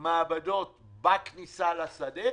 מעבדות בכניסה לשדה.